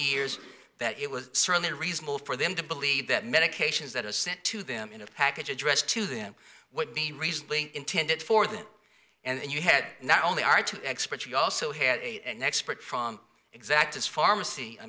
years that it was certainly reasonable for them to believe that medications that was sent to them in a package addressed to them what the recently intended for them and you had not only our two experts you also had an expert from exactas pharmacy i